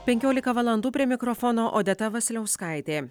penkiolika valandų prie mikrofono odeta vasiliauskaitė